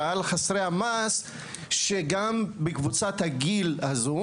ועל חסרי המעש שגם בקבוצת הגיל הזו.